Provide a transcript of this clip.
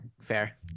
Fair